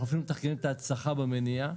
אנחנו אפילו מתחקרים את ההצלחה במניעה.